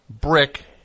brick